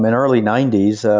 and early ninety so